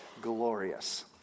glorious